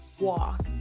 walk